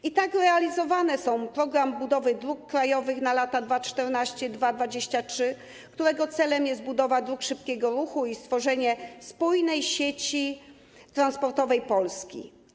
I tak realizowany jest „Program budowy dróg krajowych na lata 2014-2023”, którego celem jest budowa dróg szybkiego ruchu i stworzenie spójnej sieci transportowej Polski.